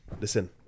Listen